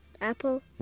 Apple